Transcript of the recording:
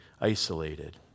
isolated